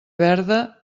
verda